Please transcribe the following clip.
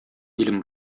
илем